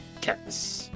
cats